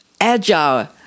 agile